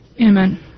Amen